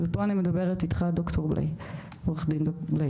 ופה אני מדברת איתך עו"ד ד"ר גור.